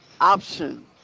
option